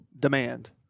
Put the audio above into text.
demand